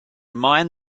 mine